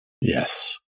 Yes